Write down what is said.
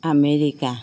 America